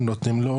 הם נותנים לו,